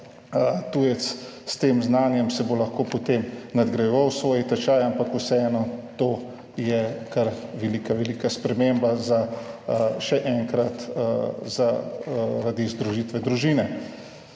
tujec s tem znanjem lahko nadgrajeval svoj tečaj, ampak vseeno, to je kar velika, velika sprememba, še enkrat, zaradi združitve družine.